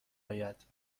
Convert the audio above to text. آید